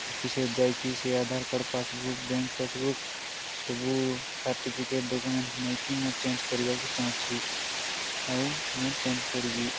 ଅଫିସ୍ରେ ଯାଇକି ସେ Aadhaar card passbook bank passbook ସବୁ ସାର୍ଟିଫିକେଟ୍ ଡ଼କୁମେଣ୍ଟସ୍ ନେଇକି ମୁଁ ଚେଞ୍ଜ୍ କରିବାକୁ ଚାହୁଁଛି ଆଉ ମୁଁ ଚେଞ୍ଜ୍ କରିବି